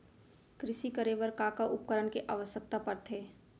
कृषि करे बर का का उपकरण के आवश्यकता परथे?